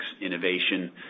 innovation